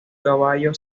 caballo